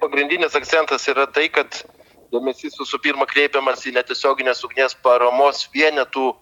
pagrindinis akcentas yra tai kad domedys visų pirma kreipiamas į netiesioginės ugnies paramos vienetų